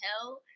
tell